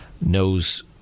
knows